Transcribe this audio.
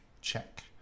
check